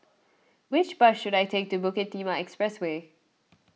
which bus should I take to Bukit Timah Expressway